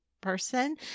person